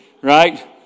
Right